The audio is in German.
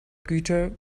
güter